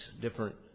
different